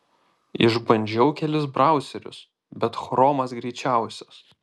išbandžiau kelis brauserius bet chromas greičiausias